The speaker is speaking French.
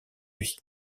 lui